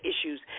issues